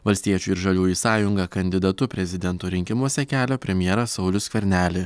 valstiečių ir žaliųjų sąjunga kandidatu prezidento rinkimuose kelia premjerą saulių skvernelį